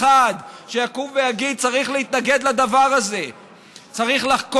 אחד שיקום ויגיד: צריך להתנגד לדבר הזה,